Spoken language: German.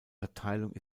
verteilung